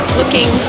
looking